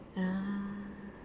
a'ah